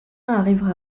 arrivera